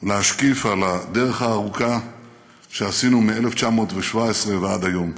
ולהשקיף על הדרך הארוכה שעשינו מ-1917 ועד היום.